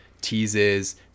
teases